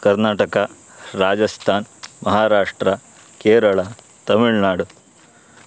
Karnataka Rajasthan Maharashtra Kerala Tamil Nadu